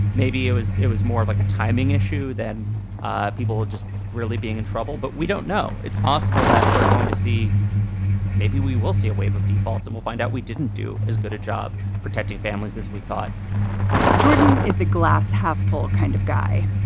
maybe it was it was more of like a timing issue than people just really being in trouble. but we don't know. it's possible that we're going to see maybe we will see a wave of defaults and we'll find out. we didn't do as good a job protecting families as we thought jordan is a glass half full kind of guy.